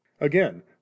again